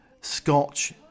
Scotch